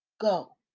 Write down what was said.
go